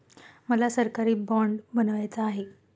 मला सरकारी बाँड बनवायचा आहे